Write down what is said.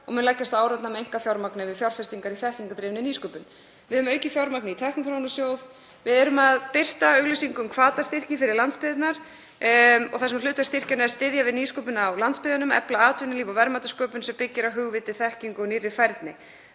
og mun leggjast á árarnar með einkafjármagni við fjárfestingar í þekkingardrifinni nýsköpun. Við höfum aukið fjármagn í Tækniþróunarsjóð. Við erum að birta auglýsingu um hvatastyrki fyrir landsbyggðirnar þar sem hlutverk styrkjanna er að styðja við nýsköpun á landsbyggðunum og efla atvinnulíf og verðmætasköpun sem byggist á hugviti, þekkingu og nýrri færni.